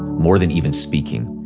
more than even speaking.